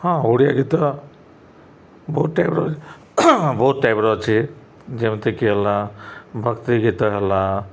ହଁ ଓଡ଼ିଆ ଗୀତ ବହୁତ ଟାଇପ୍ର ବହୁତ ଟାଇପ୍ର ଅଛି ଯେମିତିକି ହେଲା ଭକ୍ତି ଗୀତ ହେଲା